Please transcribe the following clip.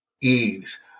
ease